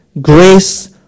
grace